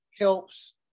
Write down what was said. helps